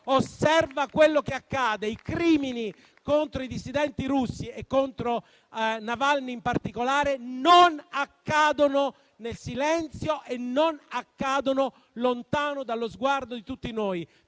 osserva quello che accade. I crimini contro i dissidenti russi e contro Navalny in particolare non accadono nel silenzio e non accadono lontano dallo sguardo di tutti noi.